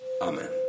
Amen